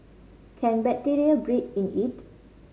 can bacteria breed in it